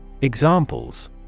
Examples